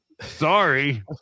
Sorry